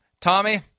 Tommy